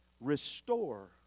restore